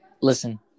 Listen